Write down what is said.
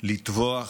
לטבוח ביהודים,